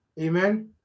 Amen